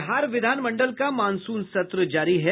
बिहार विधानमंडल का मॉनसून सत्र जारी है